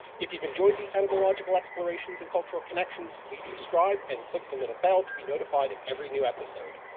if you've enjoyed these etymological explorations and cultural connections, please subscribe, and click the little bell to be notified of every new episode.